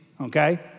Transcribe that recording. okay